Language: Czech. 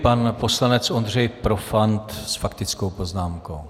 Pan poslanec Ondřej Profant s faktickou poznámkou.